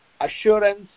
assurance